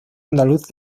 andaluz